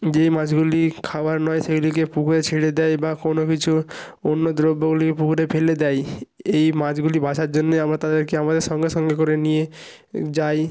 যেই মাছগুলি খাওয়ার নয় সেইগুলিকে পুকুরে ছেড়ে দেয় বা কোনো কিছু অন্য দ্রব্যগুলি পুকুরে ফেলে দেয় এই মাছগুলি বাছার জন্যে আমরা তাদেরকে আমাদের সঙ্গে সঙ্গে করে নিয়ে যাই